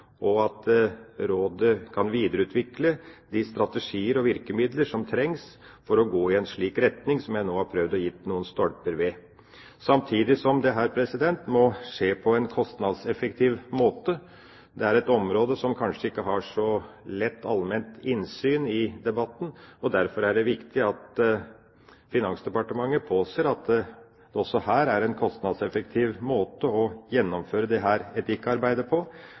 og at rådet kan videreutvikle de strategier og virkemidler som trengs for å gå i en slik retning som jeg nå har prøvd å gi noen stolper for. Samtidig må dette skje på en kostnadseffektiv måte. Det er et område som kanskje ikke har noe lett allment innsyn i debatten, derfor er det viktig at Finansdepartementet påser at det også her er en kostnadseffektiv måte å gjennomføre dette etikkarbeidet på, slik at det blir en balanse mellom hva vi bruker på